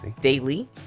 daily